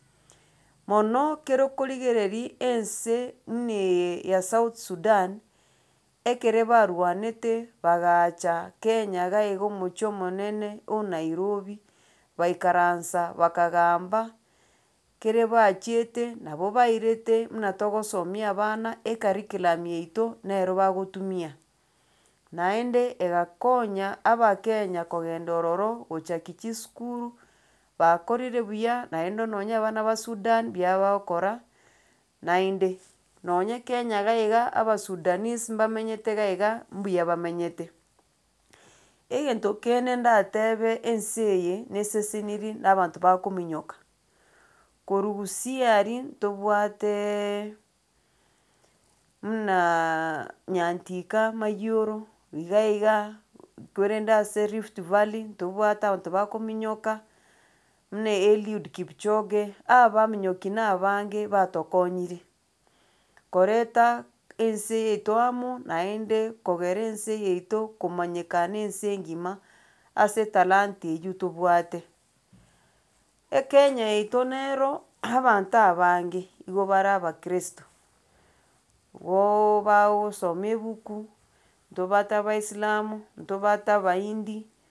Mono, ekero okorigereria ense muna eye ya south sudan, ekere barwanete bagacha kenya iga iga omochie omonene o nairobi, baikaransa, bakagamba kere bachiete nabo bairete buna togosomia abana ecurriculum yaito nero bagotumia, naende egakonya abakenya kogenda ororo gochakia chisukuru, bakorire buya naende nonya abana ba sudan mbuya bagokora naende nonye kenya iga iga abasudanese mbamenyete iga iga, mbuya bamenyete. Egento kende ndatebe, ense eye nesesenirie na abanto bakominyoka, korwa gusii aria ntobwateeeee munaaaaa nyantika mayioro, iga iga korende ase rift valley, ntobwate abanto bakominyoka, muna eliud kipchoge, abaaminyoki na abange batokonyire korenta ense eye yaito amo naende kogera ense yaito komanyekana ense engima ase etalanta eywo tobwate. Ekenya yaito nero abanto abange igo bare abakristo, igooo bagosoma ebuku, ntobwate abaisalamu, ntobwate abaindi.